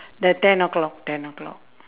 the ten o'clock ten o'clock